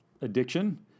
addiction